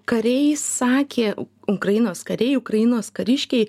kariai sakė ukrainos kariai ukrainos kariškiai